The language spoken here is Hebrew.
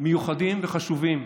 מיוחדים וחשובים.